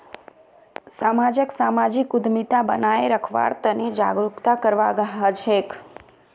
समाजक सामाजिक उद्यमिता बनाए रखवार तने जागरूकता करवा हछेक